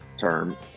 term